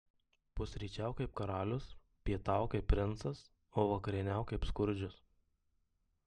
pusryčiauk kaip karalius pietauk kaip princas o vakarieniauk kaip skurdžius